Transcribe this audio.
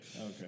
Okay